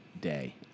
day